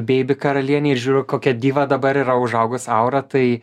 beibi karalienę ir žiūriu kokia diva dabar yra užaugus aura tai